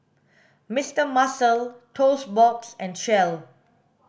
Mister Muscle Toast Box and Shell